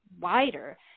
wider